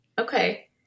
Okay